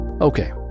Okay